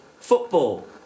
Football